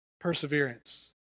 perseverance